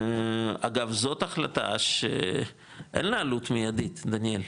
אגב, זאת החלטה שאין לה עלות מיידית, דניאל,